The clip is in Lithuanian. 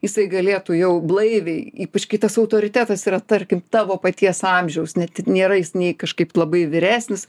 jisai galėtų jau blaiviai ypač kai tas autoritetas yra tarkim tavo paties amžiaus net nėra jis nei kažkaip labai vyresnis